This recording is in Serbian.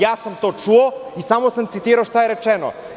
Ja sam to čuo i samo sam citirao šta je rečeno.